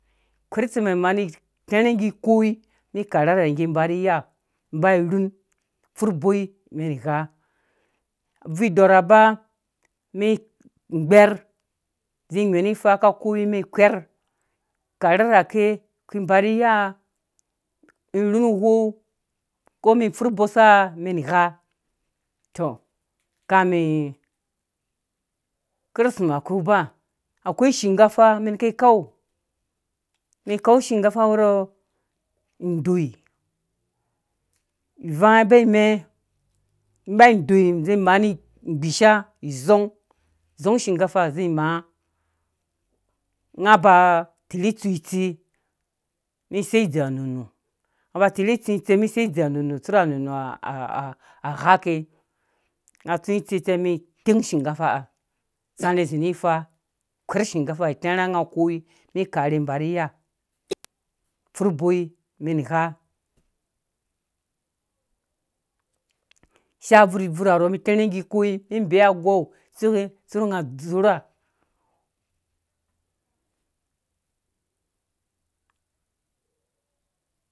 Kwɛr itsɛmha imaa ni tɛrhã ngge koi ni karha rha ngge ba nu iya ba rhun fur ũboi mɛn gha abvurdɔrh aba mɛn gbɛr zĩ ngwhɛ̃ ni fa ka koi mɛn kwɛr karba kirrake kũ mba rhi iya ni rhun uwou ko mɛn pfur bosa mɛn gha tɔ kame karsima ku ba akwai shinkafa mɛn ki kau mɛn kau shinkafa mɛn ki kau mɛn kau shinkafa wɔrɔ indɔi vanga ba imɛ ba indɔi zĩ maa nga ba torhi tsũ itse mɛn sei idzeu anunu nga ba tirhi tsũ tse men tirhi dzeu anunu tsur ghake nga tsũ itse cɛ mi tɛng shinkafa ha tsãrhã zĩ ni fa kwɛr shinkafa ha tɛrhã nga koi mɛn karhe ba shi iya furh boi mɛn igha ishaa abvurbvurha rɔ mɛn tɛrhã ngge ikoi mɛn bee agou tsuke tsu nga dzurha.